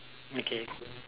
okay